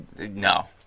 no